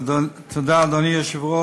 אדוני השר,